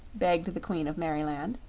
begged the queen of merryland.